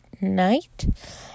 night